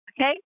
okay